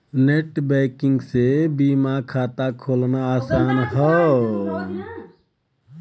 net banking से बीमा खाता खोलना आसान हौ